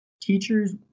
teachers